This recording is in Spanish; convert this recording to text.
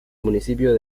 municipio